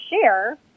share